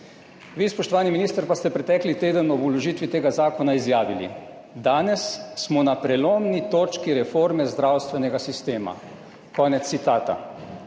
Vi, spoštovani minister, pa ste pretekli teden ob vložitvi tega zakona izjavili: »Danes smo na prelomni točki reforme zdravstvenega sistema.« Konec citata.